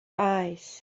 eyes